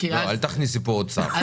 אל תכניסי פה עוד שר.